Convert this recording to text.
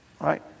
right